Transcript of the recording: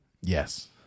Yes